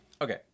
okay